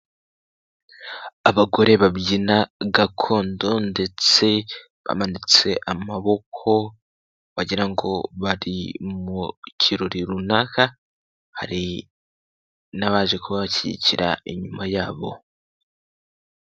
Abagore babyina gakondo ndetse bamanitse amaboko wagira ngo bari mu kirori runaka, hari n'abaje kubashyigikira inyuma yabo.